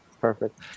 Perfect